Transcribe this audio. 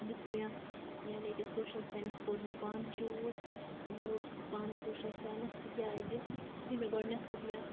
یُس مےٚ یعنی کہِ سوشَل ساینَس کوٚر مےٚ پانہٕ چوٗز مےٚ روٚٹ سُہ پانہٕ سوشَل ساینَس تِکیٛازِ یُتھُے مےٚ گۄڈنٮ۪تھ ہوٚک مےٚ